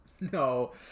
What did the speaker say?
No